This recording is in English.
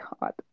god